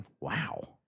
Wow